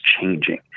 changing